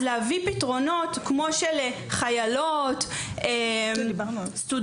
אז להביא פתרונות כמו של חיילות או סטודנטיות,